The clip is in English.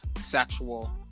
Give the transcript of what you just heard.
sexual